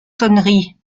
sonneries